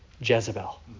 Jezebel